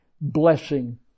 blessing